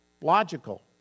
logical